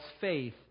faith